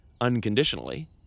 unconditionally